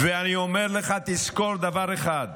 אני אומר לך, תזכור דבר אחד: